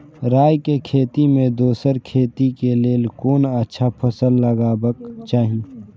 राय के खेती मे दोसर खेती के लेल कोन अच्छा फसल लगवाक चाहिँ?